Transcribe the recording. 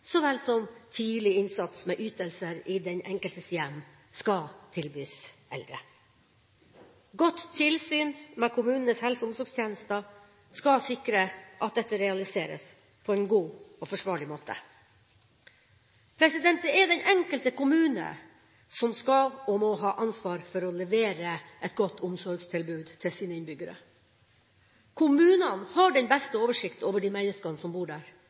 så vel som tidlig innsats med ytelser i den enkeltes hjem skal tilbys eldre. Godt tilsyn med kommunenes helse- og omsorgstjenester skal sikre at dette realiseres på en god og forsvarlig måte. Det er den enkelte kommune som skal og må ha ansvar for å levere et godt omsorgstilbud til sine innbyggere. Kommunene har den beste oversikt over de menneskene som bor der,